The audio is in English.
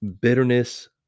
bitterness